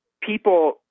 people